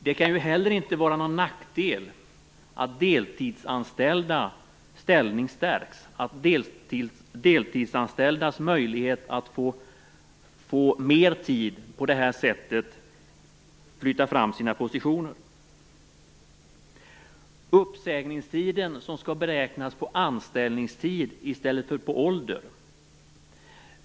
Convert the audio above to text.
Det kan heller inte vara någon nackdel att deltidsanställdas ställning stärks, att deltidsanställdas möjlighet att få mer tid på det här sättet flyttar fram sina positioner. Uppsägningstiden skall beräknas på anställningstid i stället för på ålder.